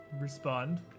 respond